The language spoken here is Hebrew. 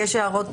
ויש הערות